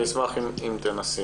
אני אשמח אם תנסי.